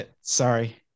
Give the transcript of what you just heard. Sorry